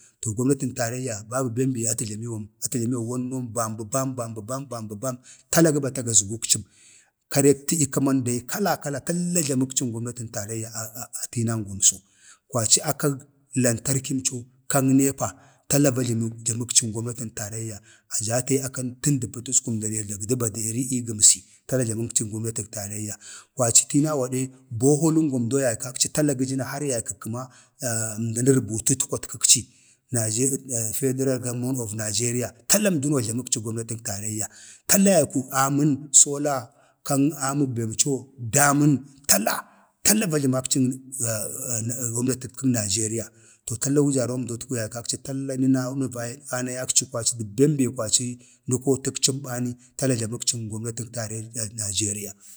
﻿to gomnatin taraiyya babu bem bem be atu jlamiwam atu jlamiwa wanənon bam be bam bam bə bam bam bə bam, bam bə bam tala ga bata gazgukcəm karek tədya kəman dai tala kala kala talla jloməkcin gomnatən taraiyya a tinangwamso kwaci akag lantarkimco kan neepa tala va jləmən əbdaməkcin gomnatən taraiya va jatayin akan tən də pətəskum da nee dagdə baderi ii gəmsi, tala jləməkcən gomnatən taraiyya. kwaci tinaw gadə boholəngwamdo yaykaci tala gə ja na har yaykə kəma əmdan ərbutətkwak təkci federal gomman of nijeriya, tala əmdəno ləməkcəg gomnatəg taraiyya tala vaiku amən sola amən bemco damən tala va jləmakcən gomnatitkən taraiyya Nijeriya. to tala wujarromdotku yay kakci talla nə nə vanayakci kwaci tala kwaci bem be kwaci nə kootəkcim bani tala jlaməkcən gomnatəg taraiyya nigeriya,